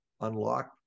unlock